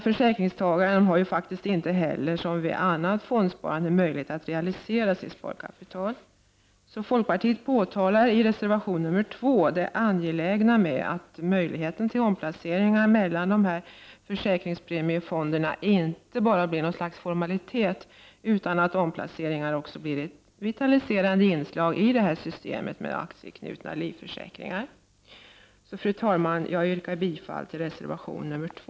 Försäkringstagarna har ju faktiskt inte heller, som vid annat fondsparande, möjlighet att realisera sitt sparkapital. Folkpartiet påpekar i reservation 2 det angelägna i att möjligheten till omplaceringar mellan försäkringspremiefonderna inte bara blir något slags for malitet, utan att omplaceringar blir ett vitaliserande inslag i systemet med aktiefondsanknutna livförsäkringar. Fru talman! Jag yrkar bifall till reservation 2.